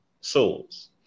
souls